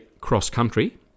cross-country